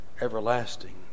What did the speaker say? everlasting